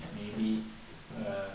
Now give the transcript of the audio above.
maybe err